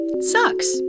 Sucks